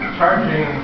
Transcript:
charging